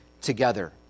together